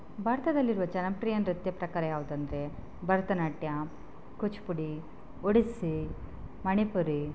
ಭಾರತದಲ್ಲಿರುವ ಜನಪ್ರಿಯ ನೃತ್ಯ ಪ್ರಕಾರ ಯಾವುದಂದ್ರೆ ಭರತನಾಟ್ಯ ಕೂಚುಪುಡಿ ಒಡಿಸ್ಸಿ ಮಣಿಪುರಿ